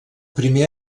primer